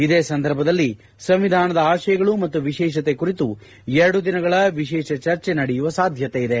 ಇದೇ ಸಂದರ್ಭದಲ್ಲಿ ಸಂವಿಧಾನದ ಆಶಯಗಳು ಮತ್ತು ವಿಶೇಷತೆ ಕುರಿತು ಎರಡು ದಿನಗಳ ವಿಶೇಷ ಚರ್ಚೆ ನಡೆಯುವ ಸಾಧ್ಯತೆ ಇದೆ